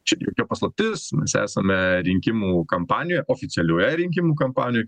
čia jokia paslaptis mes esame rinkimų kampanijoje oficialioje rinkimų kampanijoj